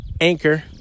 anchor